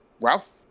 Ralph